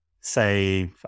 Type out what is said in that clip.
say